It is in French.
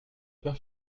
peur